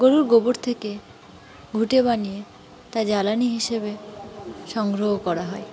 গরুর গোবর থেকে ঘুটে বানিয়ে তা জ্বালানি হিসেবে সংগ্রহ করা হয়